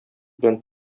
белән